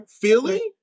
Philly